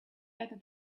better